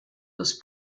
des